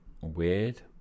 weird